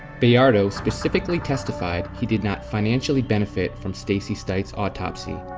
bayardo specifically testified he did not financially benefit from stacey stites' autopsy.